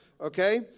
Okay